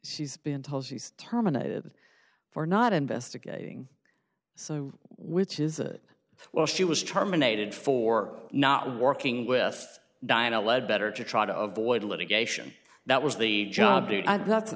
she's been told she's terminated for not investigating so which is it well she was terminated for not working with diana lead better to try to avoid litigation that was the job that